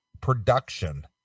production